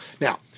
Now